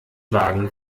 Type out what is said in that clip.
wagen